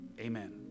amen